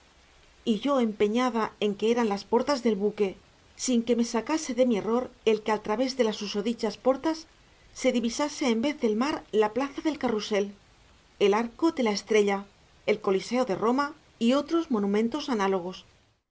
y yo empeñada en que eran las portas del buque sin que me sacase de mi error el que al través de las susodichas portas se divisase en vez del mar la plaza del carrousel el arco de la estrella el coliseo de roma y otros monumentos análogos